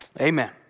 Amen